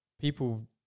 people